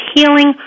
Healing